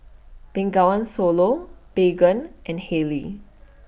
Bengawan Solo Baygon and Haylee